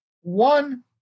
one